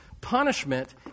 punishment